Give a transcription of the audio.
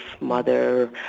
mother